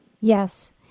Yes